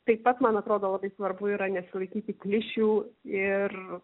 taip pat man atrodo labai svarbu yra nesilaikyti klišių ir